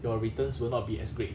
your returns will not be as great